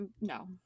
no